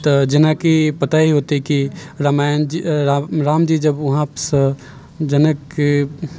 तऽ जेनाकि पता ही होतै कि रामायणजी रामजी जब वहाँसँ जनकके